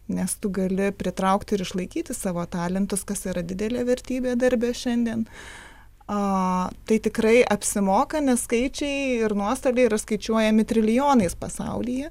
nes tu gali pritraukti ir išlaikyti savo talentus kas yra didelė vertybė darbe šiandien a tai tikrai apsimoka nes skaičiai ir nuostabiai yra skaičiuojami trilijonais pasaulyje